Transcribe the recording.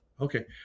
Okay